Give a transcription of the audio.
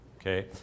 Okay